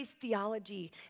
theology